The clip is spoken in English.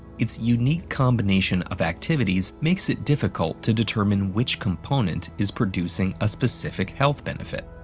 its unique combination of activities makes it difficult to determine which component is producing a specific health benefit.